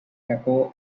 capo